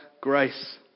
grace